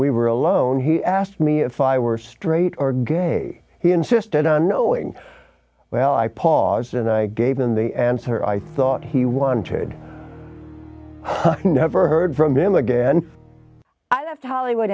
we were alone he asked me if i were straight or gay he insisted on knowing well i paused and i gave him the answer i thought he wanted never heard from him again i left hollywood